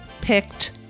picked